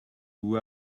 who